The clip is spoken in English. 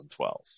2012